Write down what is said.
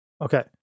Okay